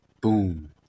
boom